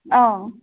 অঁ